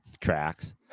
tracks